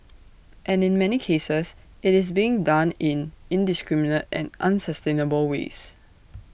and in many cases IT is being done in indiscriminate and unsustainable ways